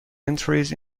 entries